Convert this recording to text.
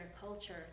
culture